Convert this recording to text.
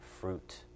fruit